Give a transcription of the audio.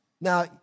Now